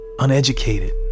Uneducated